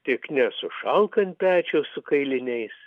tik nesušalk ant pečiaus su kailiniais